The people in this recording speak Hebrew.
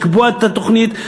לקבוע את התוכנית,